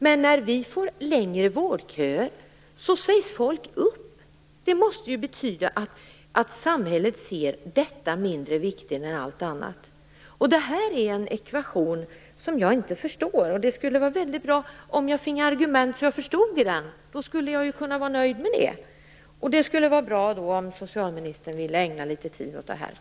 Men när vi får längre vårdköer sägs folk upp. Det måste ju betyda att samhället ser detta som mindre viktigt än allt annat. Det här är en ekvation som jag inte förstår. Det skulle vara väldigt bra om jag finge argument så att jag kunde förstå den. Då skulle jag kunna vara nöjd med det. Det skulle vara bra om socialministern ville ägna litet tid åt den frågan.